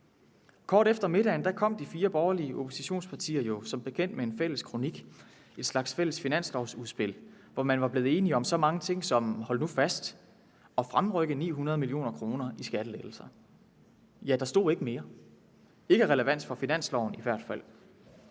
Kort efter middagen kom de fire borgerlige oppositionspartier jo som bekendt med en fælles kronik, en slags fælles finanslovsudspil, hvor man var blevet enige som så mange ting som – og hold nu fast – at fremrykke 900 mio. kr. i skattelettelser. Ja, der stod ikke mere, i hvert fald